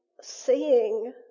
seeing